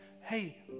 hey